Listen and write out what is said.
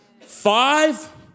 Five